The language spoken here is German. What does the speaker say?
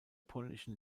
polnischen